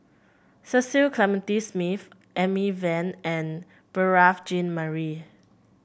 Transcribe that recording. Cecil Clementi Smith Amy Van and Beurel Jean Marie